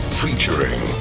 featuring